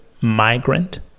migrant